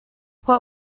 what